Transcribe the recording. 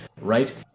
right